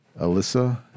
Alyssa